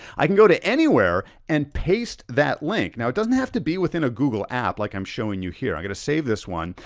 i can go to anywhere and paste that link. now it doesn't have to be within a google app like i'm showing you here, i gotta save this one,